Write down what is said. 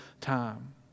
time